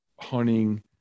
hunting